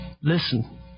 Listen